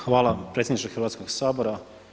Hvala predsjedniče Hrvatskog sabora.